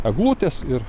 eglutės ir